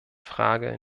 frage